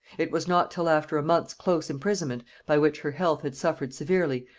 it was not till after a month's close imprisonment, by which her health had suffered severely,